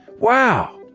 wow!